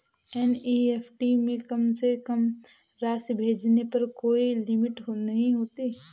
NEFT में कम से कम राशि भेजने पर कोई लिमिट नहीं है